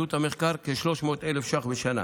עלות המחקר: כ-300,000 ש"ח בשנה.